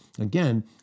again